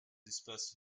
espaces